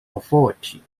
authority